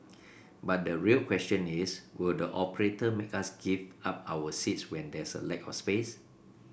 but the real question is would the operator make us give up our seats when there's a lack of space